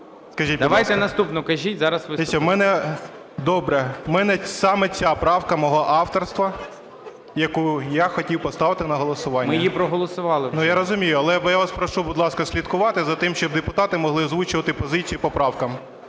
Давайте наступну кажіть, зараз виступите. КАЧУРА О.А. Добре, у мене саме ця правка мого авторства, яку я хотів поставити на голосування. ГОЛОВУЮЧИЙ. Ми її проголосували вже. КАЧУРА О.А. Я розумію, але я вас прошу, будь ласка, слідкувати за тим, щоб депутати могли озвучувати позиції по правках.